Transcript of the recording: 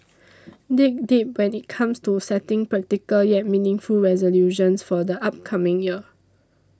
dig deep when it comes to setting practical yet meaningful resolutions for the upcoming year